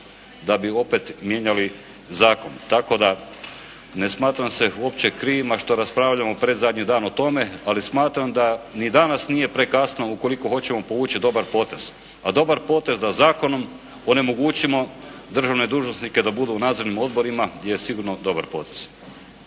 da bi opet mijenjali zakon. Tako da ne smatram se uopće krivim što raspravljamo predzadnji dan o tome, ali smatram da ni danas nije prekasno ukoliko hoćemo povući potez, a dobar potez da zakonom onemogućimo državne dužnosnike da budu nadzornim odborima je sigurno dobar potez.